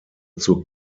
zur